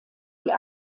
die